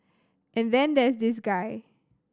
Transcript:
and then there's this guy